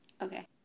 Okay